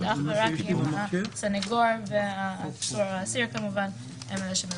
אך ורק אם הסנגור והאסיר הם אלה שמבקשים.